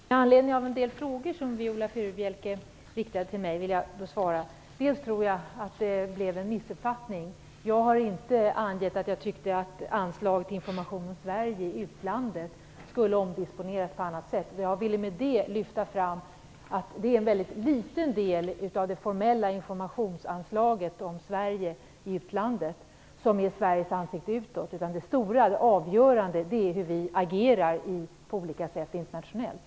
Fru talman! Med anledning av en del frågor som Viola Furubjelke riktade till mig vill jag först och främst svara att jag tror att det blev en missuppfattning. Jag har inte sagt att jag tycker att anslaget till information om Sverige i utlandet skulle omdisponeras på annat sätt. Jag ville lyfta fram att det är en mycket liten del av det formella informationsanslaget som bidrar till Sveriges ansikte utåt. Det avgörande är hur vi på olika sätt agerar internationellt.